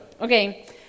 Okay